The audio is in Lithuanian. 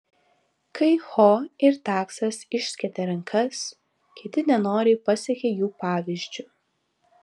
kai ho ir taksas išskėtė rankas kiti nenoriai pasekė jų pavyzdžiu